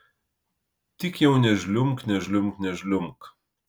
tik jau nežliumbk nežliumbk nežliumbk